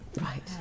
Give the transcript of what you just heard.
Right